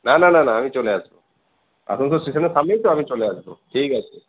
না না না না আমি চলে আসবো আসানসোল স্টেশনের সামনেই তো আমি চলে আসবো ঠিক আছে